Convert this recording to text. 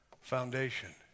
Foundation